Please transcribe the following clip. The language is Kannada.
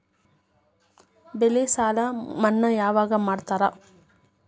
ಬೆಳೆ ಸಾಲ ಮನ್ನಾ ಯಾವಾಗ್ ಮಾಡ್ತಾರಾ?